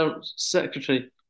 secretary